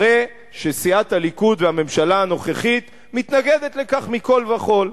הרי שסיעת הליכוד והממשלה הנוכחית מתנגדות לכך מכל וכול.